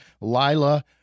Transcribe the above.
Lila